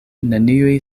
neniuj